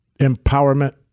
empowerment